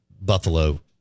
Buffalo